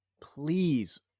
Please